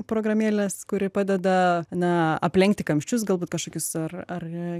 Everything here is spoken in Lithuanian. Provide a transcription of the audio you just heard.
programėlės kuri padeda na aplenkti kamščius galbūt kažkokius ar ar